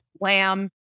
lamb